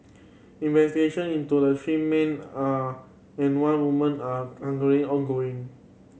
investigation into the three men are and one woman are angry ongoing